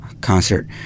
concert